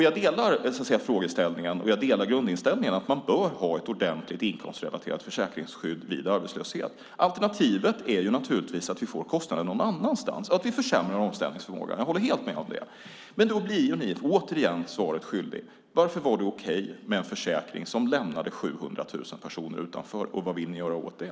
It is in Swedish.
Jag delar frågeställningen, och jag delar grundinställningen att man bör ha ett ordentligt, inkomstrelaterat försäkringsskydd vid arbetslöshet. Alternativet är naturligtvis att vi får kostnader någon annanstans och att vi försämrar omställningsförmågan. Jag håller helt med om det. Men då blir ni återigen svaret skyldiga: Varför var det okej med en försäkring som lämnade 700 000 personer utanför, och vad vill ni göra åt det?